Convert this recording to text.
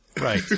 Right